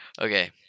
Okay